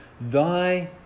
Thy